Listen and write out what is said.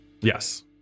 yes